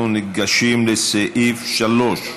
אנחנו ניגשים לסעיף 3,